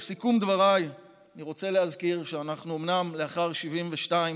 לסיכום דבריי אני רוצה להזכיר שאומנם אנחנו לאחר 72,